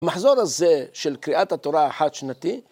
המחזור הזה של קריאת התורה החד שנתי,